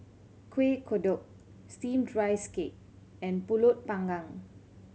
Kueh Kodok Steamed Rice Cake and Pulut Panggang